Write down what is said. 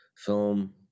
film